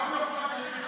תפסיק כבר.